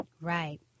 right